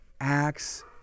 Acts